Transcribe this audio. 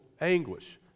anguish